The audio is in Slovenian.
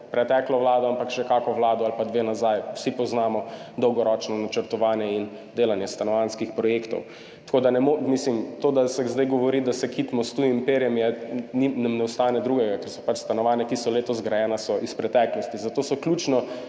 preteklo vlado, ampak še kako vlado ali pa dve nazaj. Vsi poznamo dolgoročno načrtovanje in delanje stanovanjskih projektov. To, da se zdaj govori, da se kitimo s tujim perjem, nam ne ostane drugega, ker so pač stanovanja, ki so letos zgrajena, iz preteklosti. Zato je ključno